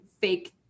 fake